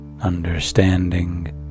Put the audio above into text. understanding